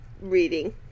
Reading